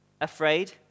afraid